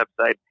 website